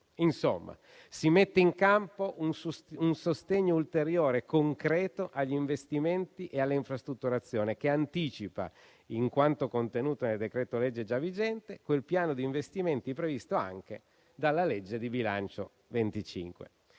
Insomma, si mette in campo un sostegno ulteriore e concreto agli investimenti e all'infrastrutturazione, che anticipa, in quanto contenuta nel decreto-legge già vigente, quel piano di investimenti previsto anche dalla legge di bilancio 2025.